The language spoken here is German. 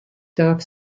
darf